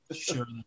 sure